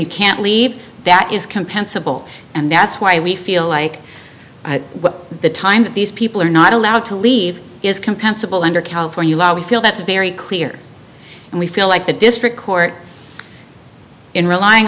you can't leave that is compensable and that's why we feel like the time that these people are not allowed to leave is compensable under california law we feel that's very clear and we feel like the district court in relying